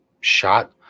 shot